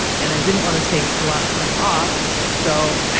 and i didn't want to take a lot of time off, so.